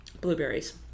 Blueberries